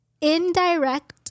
indirect